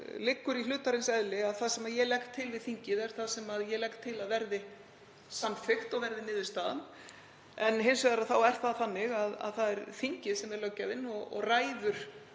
kannski í hlutarins eðli að það sem ég legg til við þingið er það sem ég legg til að verði samþykkt og verði niðurstaðan. En hins vegar er það þingið sem er löggjafinn og ræður